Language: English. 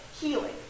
healing